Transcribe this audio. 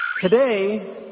Today